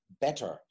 better